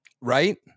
right